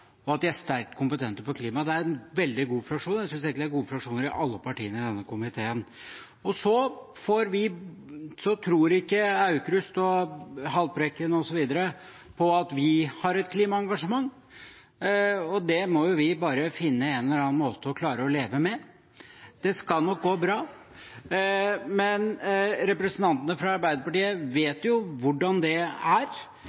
og at de er sterkt kompetente på klima. Det er en veldig god fraksjon. Jeg synes egentlig det er gode fraksjoner fra alle partiene i denne komiteen. Så tror ikke Aukrust, Haltbrekken osv. på at vi har et klimaengasjement, og det må vi bare finne en eller annen måte å klare å leve med. Det skal nok gå bra. Men representantene fra Arbeiderpartiet vet jo hvordan det er,